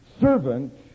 servant